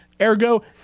Ergo